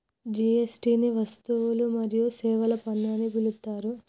GST ని వస్తువులు మరియు సేవల పన్ను అని పిలుత్తారు